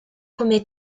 come